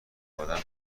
آدم